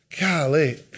Golly